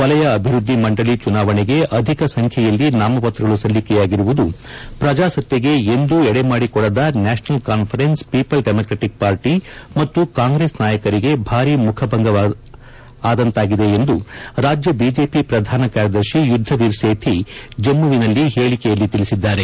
ವಲಯ ಅಭಿವೃದ್ದಿ ಮಂಡಳಿ ಚುನಾವಣೆಗೆ ಅಧಿಕ ಸಂಖ್ಯೆಯಲ್ಲಿ ನಾಮಪ್ರತಗಳು ಸಲ್ಲಿಕೆಯಾಗಿರುವುದು ಪ್ರಜಾಸತ್ತೆಗೆ ಎಂದೂ ಎಡೆಮಾಡಿಕೊಡದ ನ್ಲಾಪನಲ್ ಕಾನ್ದರೆನ್ಸ್ ಪೀಪಲ್ ಡೆಮ್ರಾಕ್ರೆಟಕ್ ಪಾರ್ಟ ಮತ್ತು ಕಾಂಗ್ರೆಸ್ ನಾಯಕರಿಗೆ ಭಾರೀ ಮುಖಭಂಗ ಆದಂತಾಗಿದೆ ಎಂದು ರಾಜ್ಯ ಬಿಜೆಪಿ ಪ್ರಧಾನ ಕಾರ್ಯದರ್ಶಿ ಯುದ್ಧ ವೀರ್ ಸೇಥಿ ಜಮ್ಮವಿನಲ್ಲಿ ಹೇಳಿಕೆಯಲ್ಲಿ ತಿಳಿಸಿದ್ದಾರೆ